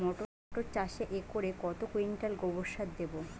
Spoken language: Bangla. মটর চাষে একরে কত কুইন্টাল গোবরসার দেবো?